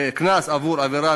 קנס על עבירה,